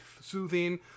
soothing